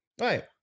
Right